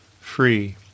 free